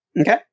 Okay